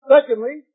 Secondly